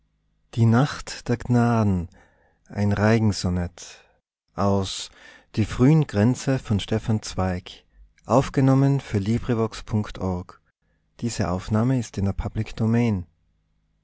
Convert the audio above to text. die nacht der gnaden